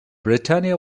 britannia